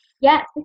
yes